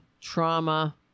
trauma